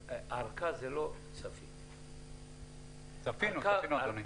"ארכה" זה לא צפיתם --- צפינו, אדוני.